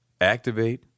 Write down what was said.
Activate